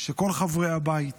שכל חברי הבית